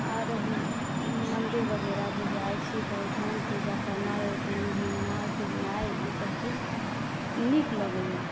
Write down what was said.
आओर मन्दिर वगैरह जे जाइ छी तऽ ओहिठाम पूजा करनाइ ओहिठाम घुमनाइ फिरनाइ ई सब चीज नीक लगैया